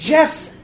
Jeff's